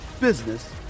business